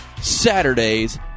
Saturdays